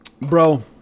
bro